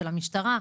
של המשטרה,